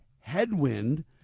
headwind